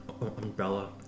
umbrella